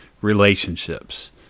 relationships